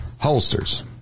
Holsters